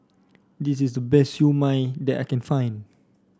this is the best Siew Mai that I can find